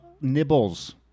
nibbles